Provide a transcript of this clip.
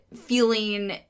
feeling